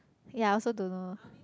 ya I also don't know